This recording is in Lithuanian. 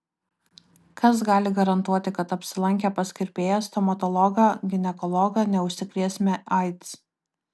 kas gali garantuoti kad apsilankę pas kirpėją stomatologą ginekologą neužsikrėsime aids